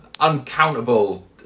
uncountable